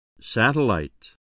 Satellite